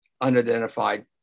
unidentified